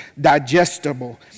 digestible